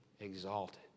exalted